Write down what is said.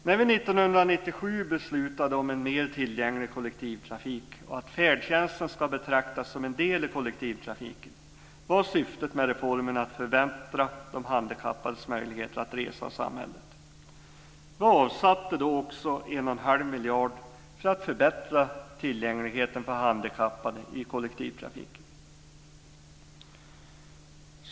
När vi 1997 beslutade om en mer tillgänglig kollektivtrafik och att färdtjänsten ska betraktas som en del i kollektivtrafiken var syftet med reformen att förbättra de handikappades möjligheter att resa i samhället. Vi avsatte då också 1 1⁄2 miljarder för att förbättra tillgängligheten för handikappade i kollektivtrafiken.